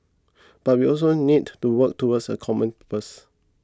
but we also need to work towards a common purpose